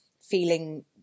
feeling